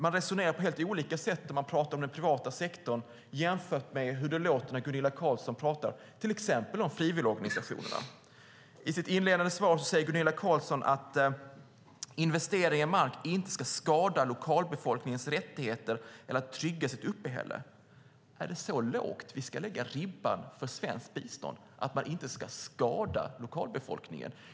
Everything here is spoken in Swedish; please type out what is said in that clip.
Man resonerar på helt olika sätt när man pratar om den privata sektorn jämfört med hur det låter när Gunilla Carlsson pratar till exempel om frivilligorganisationerna. I sitt svar säger Gunilla Carlsson att investeringar i mark inte ska skada lokalbefolkningens rättigheter eller möjligheter att trygga sitt uppehälle. Är det så lågt vi ska lägga ribban för svenskt bistånd, att man inte ska skada lokalbefolkningen?